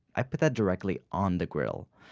i put that directly on the grill.